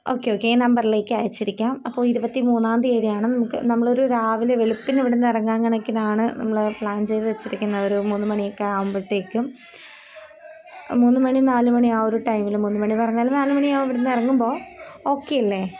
okay okay ഈ നമ്പറിലേക്ക് അയച്ചിരിക്കാം അപ്പോൾ ഇരുപത്തി മൂന്നാം തീയതിയാണ് നമുക്ക് നമ്മൾ ഒരു രാവിലെ വെളുപ്പിന് അവിടെ നിന്ന് ഇറങ്ങാൻ കണക്കിനാണ് നമ്മൾ പ്ലാൻ ചെയ്തു വച്ചിരിക്കുന്നത് ഒരു മണിയൊക്കെ ആകുമ്പോഴത്തേക്കും മൂന്ന് മണി നാല് മണി ആ ഒരു ടൈമിൽ മൂന്ന് മണി പറഞ്ഞാൽ നാല് മണിയാവും ഇവിടെ നിന്ന് ഇറങ്ങുമ്പോൾ ഓക്കെ അല്ലേ